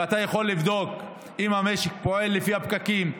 ואתה יכול לבדוק אם המשק פועל לפי הפקקים.